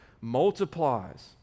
multiplies